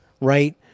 right